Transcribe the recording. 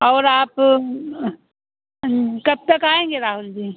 और आप कब तक आएँगे राहुल जी